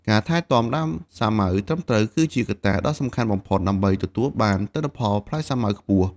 ការថែទាំដើមសាវម៉ាវត្រឹមត្រូវគឺជាកត្តាដ៏សំខាន់បំផុតដើម្បីទទួលបានទិន្នផលផ្លែសាវម៉ាវខ្ពស់។